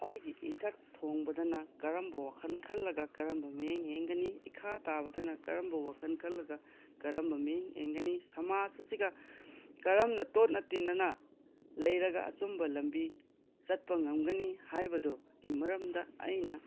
ꯑꯩꯒꯤ ꯏꯊꯛ ꯊꯣꯡꯕꯗꯅ ꯀꯥꯔꯝꯕ ꯋꯥꯈꯜ ꯈꯜꯂꯒ ꯀꯥꯔꯝꯕ ꯃꯤꯠꯌꯦꯡ ꯌꯦꯡꯒꯅꯤ ꯏꯈꯥ ꯇꯥꯕꯗꯅ ꯀꯥꯔꯕ ꯋꯥꯈꯜ ꯈꯜꯂꯒ ꯀꯥꯔꯝꯕ ꯃꯤꯌꯦꯡ ꯌꯦꯡꯒꯅꯤ ꯁꯃꯥꯖ ꯑꯁꯤꯒ ꯀꯔꯝꯅ ꯇꯣꯠꯅ ꯇꯤꯟꯅꯅ ꯂꯩꯔꯒ ꯑꯆꯨꯝꯕ ꯂꯝꯕꯤ ꯆꯠꯄ ꯉꯝꯒꯅꯤ ꯍꯥꯏꯕꯗꯣꯒꯤ ꯃꯔꯝꯗ ꯑꯩꯅ